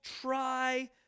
try